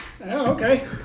okay